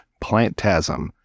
Plantasm